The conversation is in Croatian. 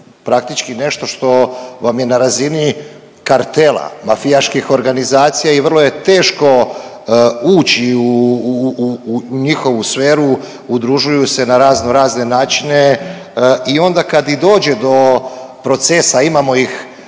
praktički nešto što vam je na razini kartela, mafijaških organizacija i vrlo je teško ući u njihovu sferu, udružuju se na raznorazne načine i onda kad i dođe do procesa, imamo ih